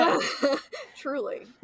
Truly